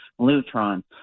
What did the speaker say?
Lutron